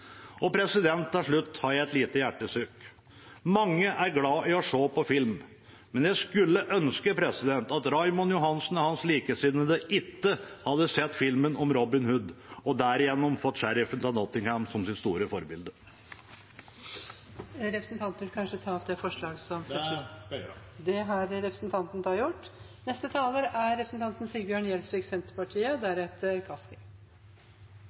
Til slutt har jeg et lite hjertesukk. Mange er glad i å se på film, men jeg skulle ønske at Raymond Johansen og hans likesinnede ikke hadde sett filmen om Robin Hood og derigjennom fått sheriffen av Nottingham som sitt store forbilde. Jeg tar opp Fremskrittspartiet forslag. Morten Ørsal Johansen har tatt opp de forslag han refererte til. Det er